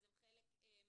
הם חלק מהקואליציה.